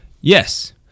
Yes